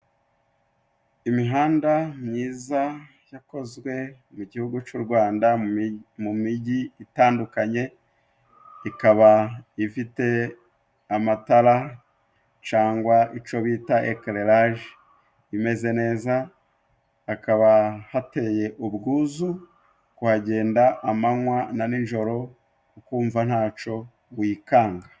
Imihanda myiza yakozwe mu gihugu c'u Rwanda mu mijyi itandukanye ikaba ifite amatara cangwa ico bita ekereraje imeze neza hakaba hateye ubwuzu kuhagenda amanywa na nijoro ukumva ntaco wikanga.